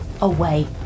away